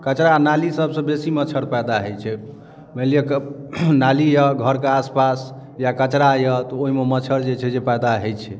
कचरा नाली सबसँ बेसी मच्छर पैदा होइत छै मानि लिअ नाली यऽ घरके आसपास या कचरा यऽ तऽ ओहिमे मच्छर जे छै से मच्छर पैदा होइत छै